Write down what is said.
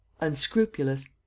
unscrupulous